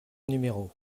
numéro